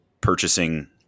purchasing